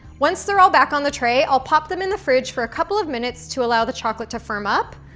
once they're all back on the tray, i'll pop them in the fridge for a couple of minutes to allow the chocolate to firm up,